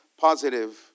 positive